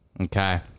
Okay